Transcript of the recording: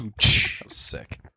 sick